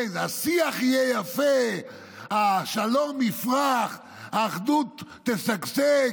השיח יהיה יפה, השלום יפרח, האחדות תשגשג,